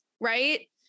right